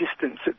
distance